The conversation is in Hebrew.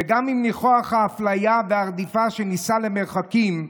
וגם עם ניחוח האפליה והרדיפה שנישא למרחקים,